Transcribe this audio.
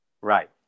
Right